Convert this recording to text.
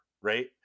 right